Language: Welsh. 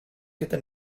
gyda